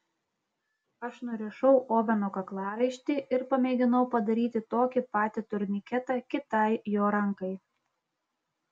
aš nurišau oveno kaklaraištį ir pamėginau padaryti tokį patį turniketą kitai jo rankai